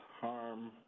harm